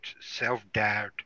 self-doubt